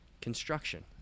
Construction